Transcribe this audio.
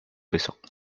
besok